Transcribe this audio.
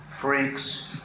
freaks